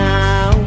now